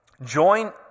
join